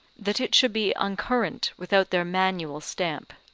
that it should be uncurrent without their manual stamp.